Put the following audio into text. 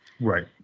right